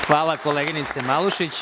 Hvala, koleginice Malušić.